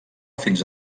fins